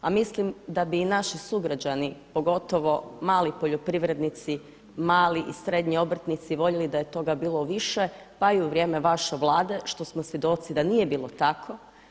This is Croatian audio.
A mislim da bi i naši sugrađani pogotovo mali poljoprivrednici, mali i srednji obrtnici voljeli da je toga bilo više pa i u vrijeme vaše Vlade što smo svjedoci da nije bilo tako.